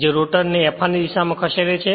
જે રોટર ને Fr ની દિશામાં ખસેડે છે